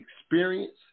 experience